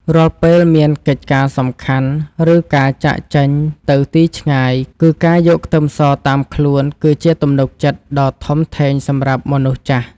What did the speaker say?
រាល់ពេលមានកិច្ចការសំខាន់ឬការចាកចេញទៅទីឆ្ងាយគឺការយកខ្ទឹមសតាមខ្លួនគឺជាទំនុកចិត្តដ៏ធំធេងសម្រាប់មនុស្សចាស់។